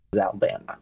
Alabama